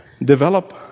develop